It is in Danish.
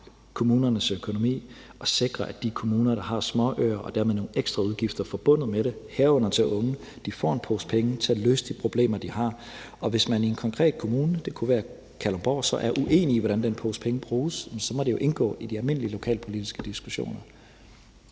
kommunernes økonomi og sikre, at de kommuner, der har småøer og dermed nogle ekstra udgifter forbundet med det, herunder til unge, får en pose penge til at løse de problemer, de har. Og hvis man i en konkret kommune, det kunne være Kalundborg, så er uenige om, hvordan den pose penge bruges, jamen så må det jo indgå i de almindelige lokalpolitiske diskussioner.